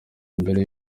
mbere